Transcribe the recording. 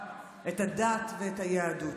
את הדת ואת היהדות,